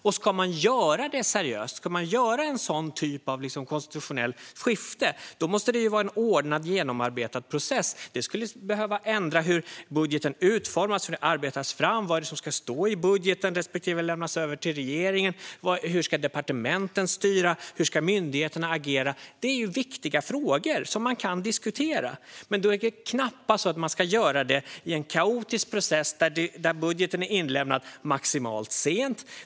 Om man ska göra en sådan typ av konstitutionellt skifte på ett seriöst sätt måste det vara en ordnad och genomarbetad process. Det skulle ändra hur budgeten utformas, hur den arbetas fram, vad som ska stå i budgeten respektive lämnas över till regeringen, hur departementen ska styras och hur myndigheterna ska agera. Det är viktiga frågor som man kan diskutera. Men man ska knappast diskutera de frågorna i en kaotisk process där budgeten är inlämnad maximalt sent.